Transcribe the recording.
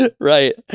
Right